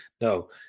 no